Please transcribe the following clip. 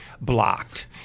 blocked